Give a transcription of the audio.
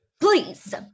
Please